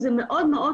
האכיפה צריכה